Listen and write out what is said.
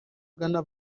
ugana